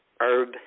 herb